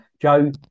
Joe